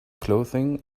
clothing